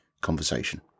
conversation